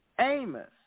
Amos